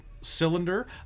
cylinder